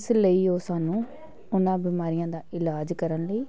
ਇਸ ਲਈ ਉਹ ਸਾਨੂੰ ਉਹਨਾਂ ਬਿਮਾਰੀਆਂ ਦਾ ਇਲਾਜ ਕਰਨ ਲਈ